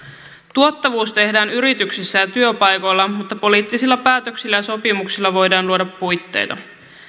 tuottavuus tehdään yrityksissä ja työpaikoilla mutta poliittisilla päätöksillä ja sopimuksilla voidaan luoda puitteita